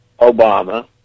Obama